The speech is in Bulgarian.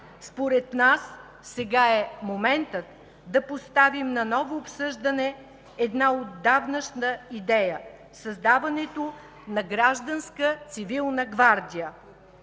Според нас, сега е моментът да поставим на ново обсъждане една отдавнашна идея – създаването на гражданска цивилна гвардия.